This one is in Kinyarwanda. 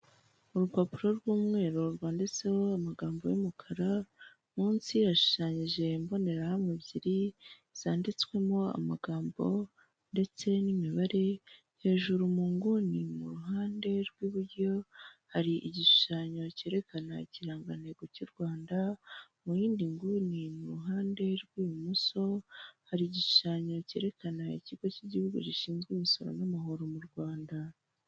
Urupapuro rw'umweru rwanditseho amagambo y'umukara munsi yashushanyije imbonerahamwe ebyiri zanditswemo amagambo ndetse n'imibare hejuru mu nguni mu ruhande rw'iburyo hari igishushanyo cyerekana ikirangantego cy'u Rwanda mu yindi nguni mu ruhande rw'ibumoso hari igishushanyo cyerekana ikigo cy'igihugu gishinzwe imisoro n'amahoro mu Rwanda.